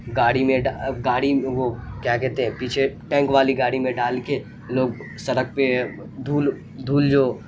گاڑی میں گاڑی وہ کیا کہتے ہیں پیچھے ٹینک والی گاڑی میں ڈال کے لوگ سڑک پہ دھول دھول جو